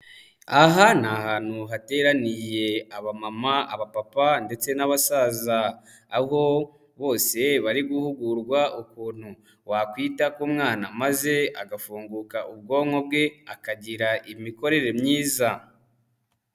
Aha ni ahantu hateraniye abamama, abapapa ndetse n'abasaza, aho bose bari guhugurwa ukuntu wakwita ku mwana maze agafunguka ubwonko bwe akagira imikorere myiza.